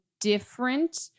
different